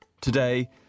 Today